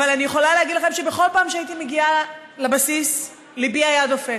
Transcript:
אבל אני יכולה להגיד לכם שבכל פעם שהייתי מגיעה לבסיס ליבי היה דופק.